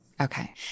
Okay